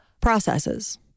Processes